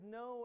no